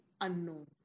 unknown